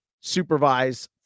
supervise